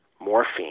morphine